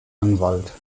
anwalt